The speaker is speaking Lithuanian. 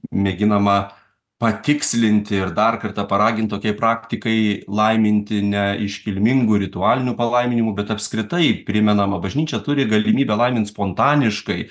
mėginama patikslinti ir dar kartą paragint tokiai praktikai laiminti ne iškilmingu ritualiniu palaiminimu bet apskritai primenama bažnyčia turi galimybę laimint spontaniškai